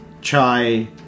Chai